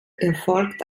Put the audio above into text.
erfolgt